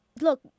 look